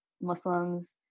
Muslims